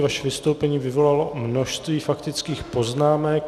Vaše vystoupení vyvolalo množství faktických poznámek.